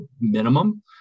minimum